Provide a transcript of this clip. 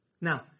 Now